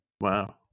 Wow